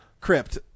crypt